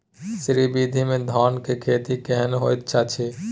श्री विधी में धान के खेती केहन होयत अछि?